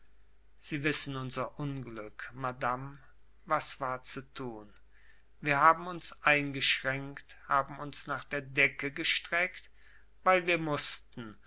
sie wissen unser unglück madame was war zu tun wir haben uns eingeschränkt haben uns nach der decke gestreckt weil wir mußten